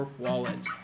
wallets